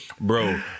Bro